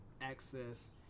access